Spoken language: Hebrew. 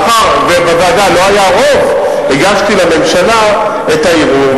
מאחר שבוועדה לא היה רוב, הגשתי לממשלה את הערעור.